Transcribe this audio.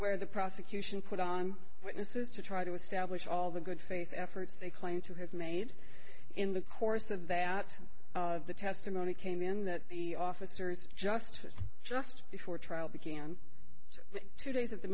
where the prosecution put on witnesses to try to establish all the good faith efforts they claim to have made in the course of that the testimony came in that the officers just just before trial began two days at the